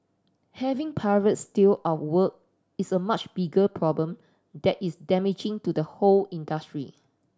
having pirates steal our work is a much bigger problem that is damaging to the whole industry